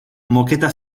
moketa